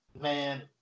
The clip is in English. man